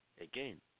again